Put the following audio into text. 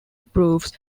proofs